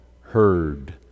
heard